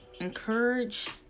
encourage